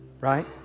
Right